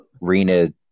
Rena